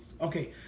okay